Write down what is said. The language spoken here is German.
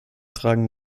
tragen